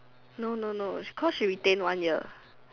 no no no cause she retain one year